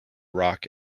rock